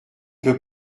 peut